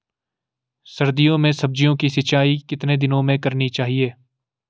सर्दियों में सब्जियों की सिंचाई कितने दिनों में करनी चाहिए?